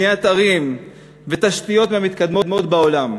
בניית ערים ותשתיות מהמתקדמות בעולם,